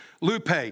lupe